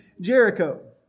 Jericho